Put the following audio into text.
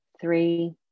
three